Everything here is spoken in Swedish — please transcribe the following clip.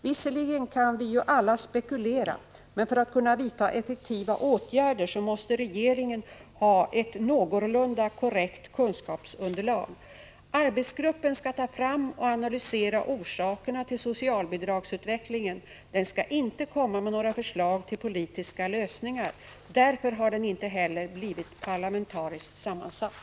Visserligen kan vi ju alla spekulera, men för att kunna vidta effektiva åtgärder måste regeringen ha ett någorlunda korrekt kunskapsunderlag. Arbetsgruppen skall ta fram och analysera orsakerna till socialbidragsutvecklingen. Den skall inte komma med några förslag till politiska lösningar. Därför har den inte heller blivit parlamentariskt sammansatt.